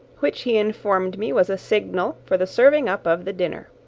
which he informed me was a signal for the serving up of the dinner.